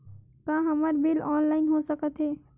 का हमर bill online हो सकत हे?